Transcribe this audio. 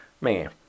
Man